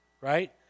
right